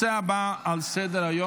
27 בעד, אפס מתנגדים.